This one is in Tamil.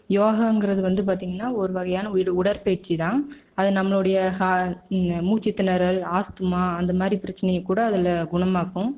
யோகாங்கிறது வந்து பார்த்தீங்கன்னா ஒரு வகையான உயி உடற்பயிற்சி தான் அது நம்மளுடைய ஹா மூச்சுத்திணறல் ஆஸ்துமா அந்த மாரி பிரச்சனையை கூட அதில் குணமாக்கும்